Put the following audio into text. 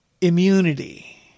immunity